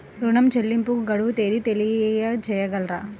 ఋణ చెల్లింపుకు గడువు తేదీ తెలియచేయగలరా?